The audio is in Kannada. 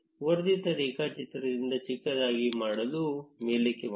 ವರ್ಧಿತ ರೇಖಾಚಿತ್ರದಿಂದ ಚಿಕ್ಕದಾಗಿ ಮಾಡಲು ಮೇಲಕ್ಕೆ ಮಾಡಿ